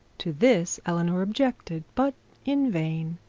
to this eleanor objected, but in vain.